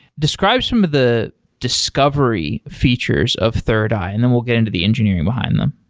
describe some of the discovery features of thirdeye and then we'll get into the engineering behind them.